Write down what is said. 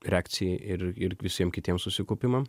reakcijai ir ir visiem kitiem susikaupimam